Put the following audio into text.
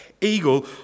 eagle